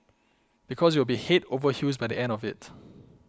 because you will be head over heels by the end of it